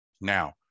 now